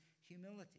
humility